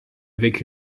avec